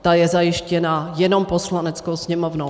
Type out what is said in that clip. Ta je zajištěna jenom Poslaneckou sněmovnou.